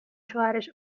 شوهرش